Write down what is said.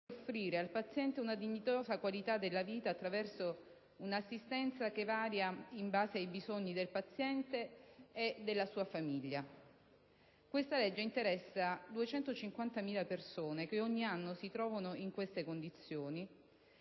offrire al paziente una dignitosa qualità della vita attraverso un'assistenza che varia in base ai bisogni del paziente e della sua famiglia. Questa legge interessa 250.000 persone che ogni anno si trovano in queste condizioni,